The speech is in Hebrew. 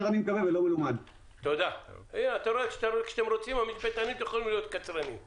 אני מנסה להבין - איך מונעים מחברות התעופה הישראליות לטוס?